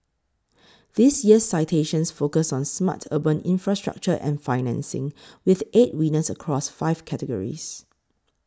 this year's citations focus on smart urban infrastructure and financing with eight winners across five categories